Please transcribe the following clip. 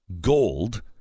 gold